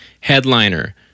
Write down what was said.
Headliner